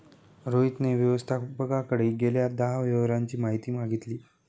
रोहितने व्यवस्थापकाकडे गेल्या दहा व्यवहारांची माहिती मागितली